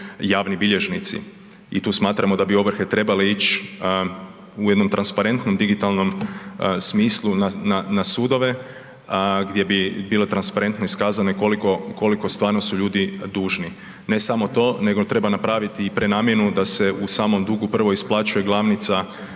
javni bilježnici i tu smatramo da bi ovrhe trebale ić u jednom transparentnom digitalnom smislu na, na, na sudove gdje bi bile transparentno iskazane koliko, koliko stvarno su ljudi dužni. Ne samo to nego treba napraviti i prenamjenu da se u samom dugu prvo isplaćuje glavnica